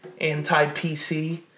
anti-PC